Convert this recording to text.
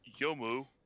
Yomu